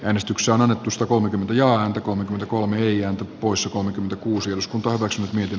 äänestyksen annetusta kolmekymmentä ja antakoon nyt kolme neljä poissa kolmekymmentäkuusi osku torro s mihin